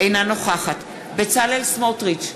אינה נוכחת בצלאל סמוטריץ,